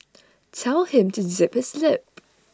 tell him to zip his lip